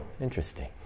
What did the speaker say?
interesting